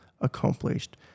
accomplished